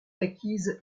acquise